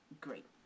Great